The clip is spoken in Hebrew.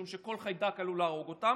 משום שכל חיידק עלול להרוג אותם,